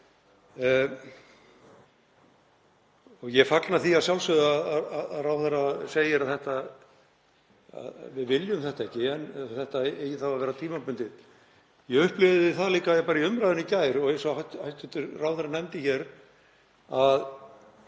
Ég fagna því að sjálfsögðu að ráðherra segi að við viljum þetta ekki, þetta eigi þá að vera tímabundið. Ég upplifði það líka bara í umræðunni í gær, og eins og hæstv. ráðherra nefndi hér, að